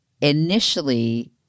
initially